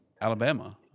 Alabama